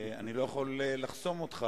אני לא יכול לחסום אותך,